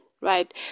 Right